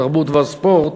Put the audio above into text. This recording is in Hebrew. התרבות והספורט